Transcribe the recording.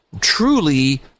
truly